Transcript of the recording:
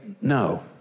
no